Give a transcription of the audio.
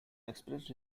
expressed